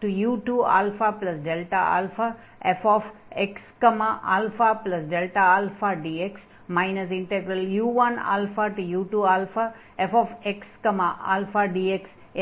என்று ஆகும்